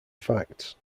facts